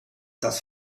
das